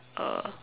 uh